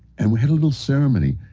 and we had a little ceremony.